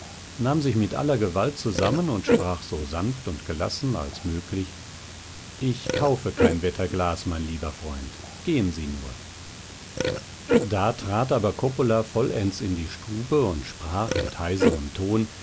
nahm sich mit aller gewalt zusammen und sprach so sanft und gelassen als möglich ich kaufe kein wetterglas mein lieber freund gehen sie nur da trat aber coppola vollends in die stube und sprach mit heiserem ton